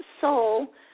soul